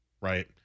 Right